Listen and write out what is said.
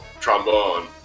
trombone